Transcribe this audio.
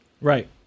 Right